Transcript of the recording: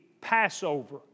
Passover